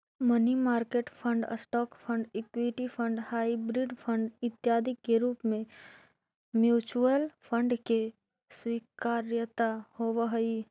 money market fund, stock fund, equity fund, hybrid fund इत्यादि के रूप में म्यूचुअल फंड के स्वीकार्यता होवऽ हई